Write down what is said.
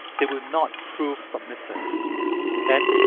they will not prove submissive and,